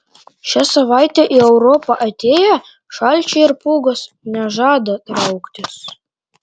šią savaitę į europą atėję šalčiai ir pūgos nežada trauktis